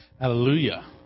Hallelujah